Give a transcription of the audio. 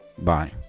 Bye